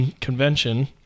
convention